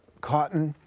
cotton,